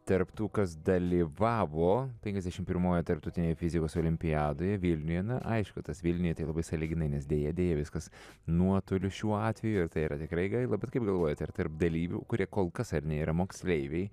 tarp tų kas dalyvavo penkiasdešimt pirmojoje tarptautinėje fizikos olimpiadoje vilniuje aišku tas vilniuje labai sąlyginai nes deja deja viskas nuotoliu šiuo atveju ir tai yra tikrai gaila bet kaip galvojate ar tarp dalyvių kurie kol kas ar ne yra moksleiviai